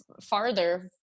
farther